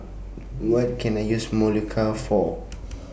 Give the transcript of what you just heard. What Can I use Molicare For